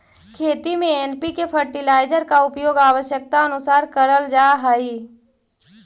खेती में NPK fertilizer का उपयोग आवश्यकतानुसार करल जा हई